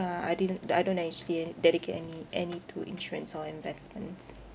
uh I didn't uh I don't actually dedicate any any to insurance or investments